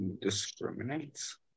Discriminates